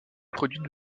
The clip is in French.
produits